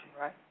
right